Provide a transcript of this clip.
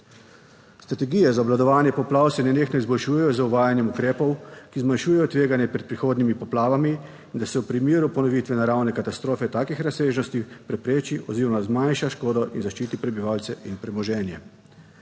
Strategije za obvladovanje poplav se nenehno izboljšujejo z uvajanjem ukrepov, ki zmanjšujejo tveganje pred prihodnjimi poplavami in da se v primeru ponovitve naravne katastrofe takih razsežnosti prepreči oziroma zmanjša škodo in zaščiti prebivalce in premoženje.